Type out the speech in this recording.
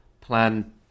plan